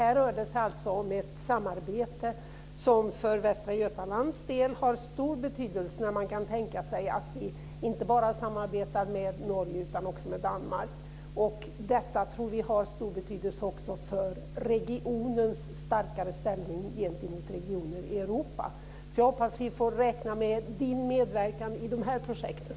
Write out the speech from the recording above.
Här rör det sig om ett samarbete som har stor betydelse för Västra Götalands läns del, dvs. ett samarbete inte bara med Norge utan också med Danmark. Detta har också betydelse för att stärka regionens ställning gentemot regioner i Europa. Jag hoppas vi får räkna med Åke Gustavssons medverkan i de projekten.